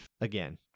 Again-